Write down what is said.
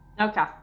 Okay